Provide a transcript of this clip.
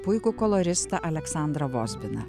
puikų koloristą aleksandrą vozbiną